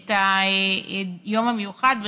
את היום המיוחד.